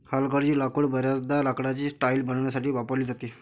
हलगर्जी लाकूड बर्याचदा लाकडाची टाइल्स बनवण्यासाठी वापरली जाते